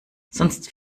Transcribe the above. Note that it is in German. sonst